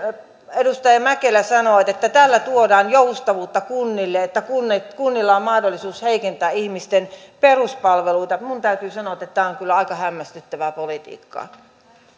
edustaja mäkelä sanoo että tällä tuodaan joustavuutta kunnille että kunnilla on mahdollisuus heikentää ihmisten peruspalveluita minun täytyy sanoa että tämä on kyllä aika hämmästyttävää politiikkaa